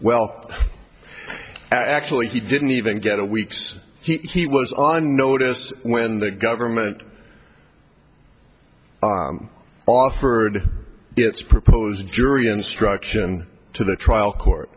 well actually he didn't even get a weeks he was on notice when the government offered its proposed jury instruction to the trial court